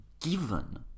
given